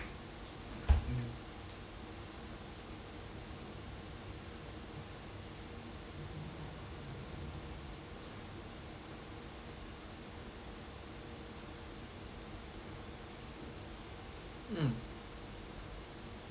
mm mm